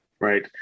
right